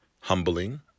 humbling